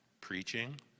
preaching